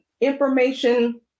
information